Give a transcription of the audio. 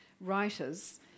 writers